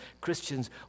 Christians